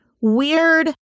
weird